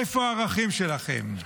איפה הערכים שלכם?